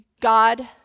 God